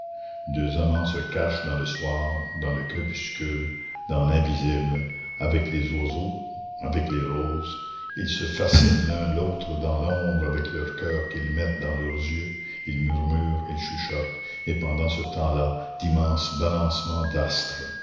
deux amants se cachent dans le soir dans le crépuscule dans l'invisible avec les oiseaux avec les roses ils se fascinent l'un l'autre dans l'ombre avec leurs coeurs qu'ils mettent dans leurs yeux ils murmurent ils chuchotent et pendant ce temps-là d'immenses balancements d'astres